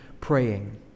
praying